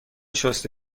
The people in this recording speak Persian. شسته